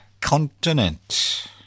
continent